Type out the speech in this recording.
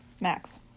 max